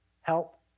help